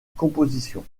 composition